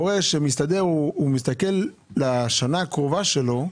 הורה שמסתדר מסתכל לשנה הקרובה שלו,